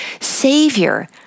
Savior